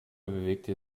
bewegte